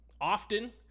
often